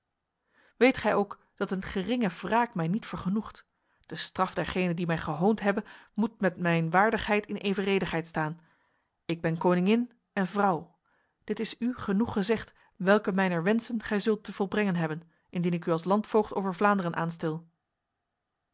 weet gij ook dat een geringe wraak mij niet vergenoegt de straf dergenen die mij gehoond hebben moet met mijn waardigheid in evenredigheid staan ik ben koningin en vrouw dit is u genoeg gezegd welke mijner wensen gij zult te volbrengen hebben indien ik u als landvoogd over vlaanderen aanstel